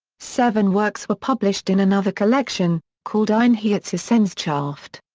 seven works were published in another collection, called einheitswissenschaft.